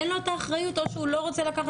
אין לו את האחריות או שהוא לא רוצה לקחת